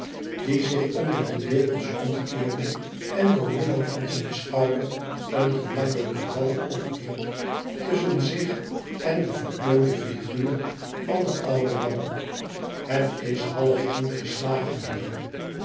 die zich onder de dekens omkeerde en door middel van zijn schouder een gemakkelijken wal opwierp tusschen zich en de verkleumde figuur van den ouden man thet is half tien geslagen heer